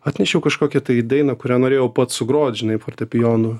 atnešiau kažkokią tai dainą kurią norėjau pats sugrot žinai fortepijonu